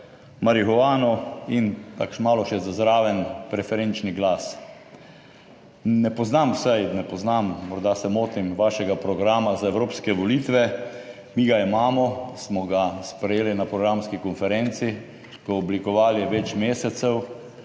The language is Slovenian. marihuano in tako malo še za zraven, preferenčni glas. Ne poznam, vsaj, ne poznam, morda se motim, vašega programa za evropske volitve. Mi ga imamo, smo ga sprejeli na programski konferenci, ko(?) oblikovali več mesecev,